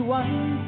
one